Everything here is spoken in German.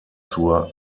zur